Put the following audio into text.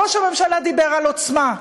ראש הממשלה דיבר על עוצמה,